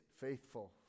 faithful